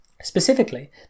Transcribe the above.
Specifically